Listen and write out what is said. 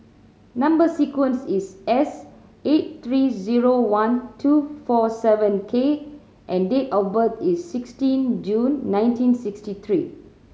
number sequence is S eight three zero one two four seven K and date of birth is sixteen June nineteen sixty three